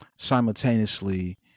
simultaneously